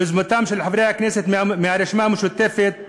ביוזמתם של חברי הכנסת מהרשימה המשותפת,